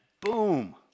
boom